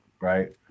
Right